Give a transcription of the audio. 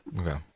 Okay